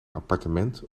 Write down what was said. appartement